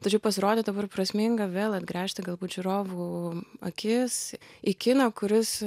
tačiau pasirodydavo ir prasminga vėl atgręžti galbūt žiūrovų akis į kiną kuris